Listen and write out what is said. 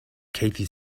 katie